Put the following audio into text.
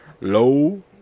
Low